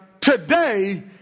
today